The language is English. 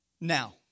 Now